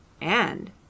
And